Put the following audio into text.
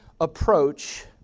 approach